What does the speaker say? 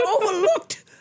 overlooked